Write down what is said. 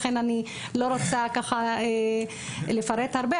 לכן אני לא רוצה לפרט הרבה,